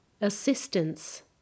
Assistance